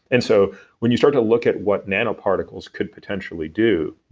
and so when you start to look at what nano particles could potentially do,